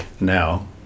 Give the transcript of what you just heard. now